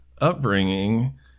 upbringing